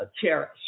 cherish